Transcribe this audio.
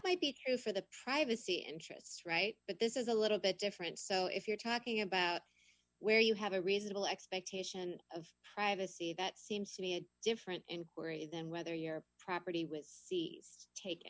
might be true for the privacy interests right but this is a little bit different so if you're talking about where you have a reasonable expectation of privacy that seems to be a different inquiry than whether your property w